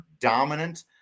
dominant